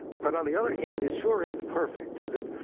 but on the other hand, it sure ain't perfect, is it?